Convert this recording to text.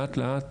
לאט לאט